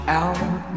out